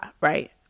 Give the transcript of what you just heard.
Right